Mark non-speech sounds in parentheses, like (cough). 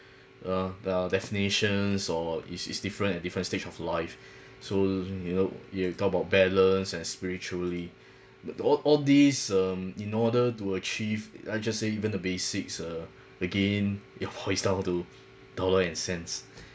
uh the definitions or is is different at different stage of life so you know you talk about balance and spiritually th~ all all these um in order to achieve I just say even the basics uh again it (laughs) boils down to two dollar and cents